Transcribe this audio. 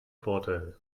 vorteil